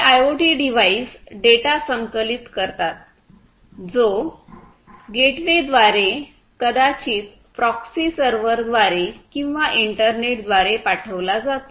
हे IoT device data संकलित करतात जो गेटवेद्वारे कदाचित प्रॉक्सी सर्व्हर द्वारे किंवा इंटरनेट द्वारे पाठवला जातो